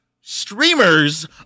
streamers